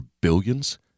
billions